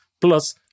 plus